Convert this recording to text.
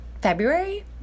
February